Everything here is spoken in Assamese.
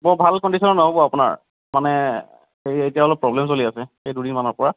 বৰ ভাল কণ্ডিচনত নহ'ব আপোনাৰ মানে এই এতিয়া অলপ প্ৰব্লেম চলি আছে এই দুদিনমানৰ পৰা